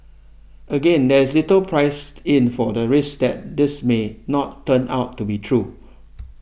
again there is little priced in for the risk that this may not turn out to be true